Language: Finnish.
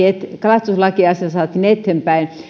että tämä kalastuslakiasia saatiin eteenpäin